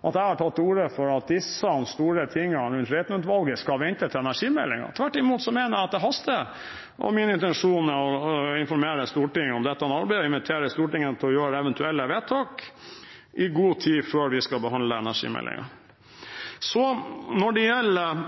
at jeg har tatt til orde for at disse store tingene rundt Reiten-utvalget skal vente til energimeldingen. Tvert imot mener jeg at det haster, og min intensjon er å informere Stortinget om dette arbeidet og invitere Stortinget til å gjøre eventuelle vedtak i god tid før vi skal behandle energimeldingen. Når det gjelder